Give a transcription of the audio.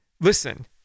Listen